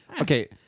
Okay